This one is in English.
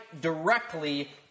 directly